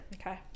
Okay